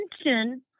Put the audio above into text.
attention